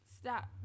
stop